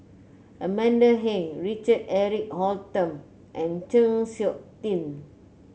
Amanda Heng Richard Eric Holttum and Chng Seok Tin